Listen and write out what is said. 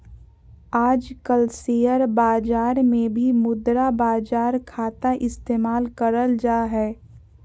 आजकल शेयर बाजार मे भी मुद्रा बाजार खाता इस्तेमाल करल जा हय